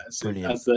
brilliant